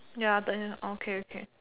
ya okay okay